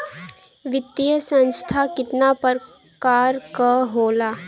वित्तीय संस्था कितना प्रकार क होला?